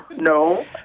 no